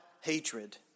hatred